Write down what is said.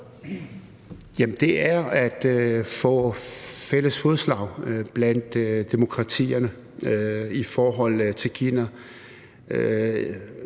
Det er at få fælles fodslag blandt demokratierne i forhold til Kina.